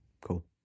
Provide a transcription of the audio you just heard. cool